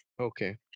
Okay